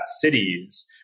cities